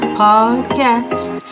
podcast